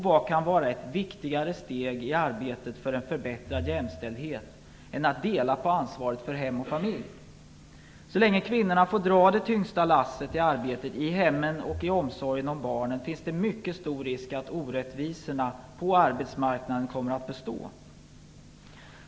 Vad kan vara ett viktigare steg i arbetet för en förbättrad jämställdhet än att dela på ansvaret för hem och familj? Så länge kvinnorna får dra det tyngsta lasset i arbetet i hemmen och i omsorgen om barnen finns det en mycket stor risk att orättvisorna på arbetsmarknaden kommer att bestå.